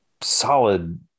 solid